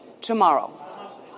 tomorrow